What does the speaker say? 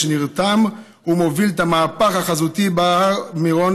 שנרתם ומוביל את המהפך החזותי בהר מירון,